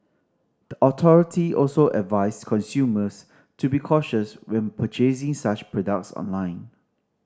the authority also advised consumers to be cautious when purchasing such products online